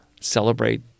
celebrate